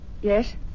Yes